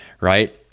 right